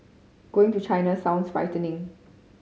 going to China sounds frightening